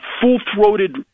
full-throated